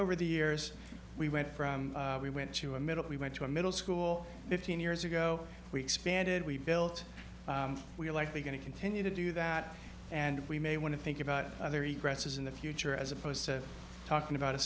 over the years we went from we went to a middle we went to a middle school fifteen years ago we expanded we built we're likely going to continue to do that and we may want to think about other dresses in the future as opposed to talking about a